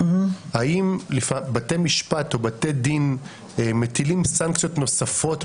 האם בתי משפט או בתי דין מטילים סנקציות נוספות?